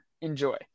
enjoy